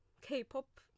K-pop